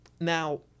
Now